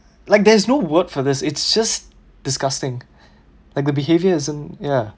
like there's no word for this it's just disgusting like the behaviors and ya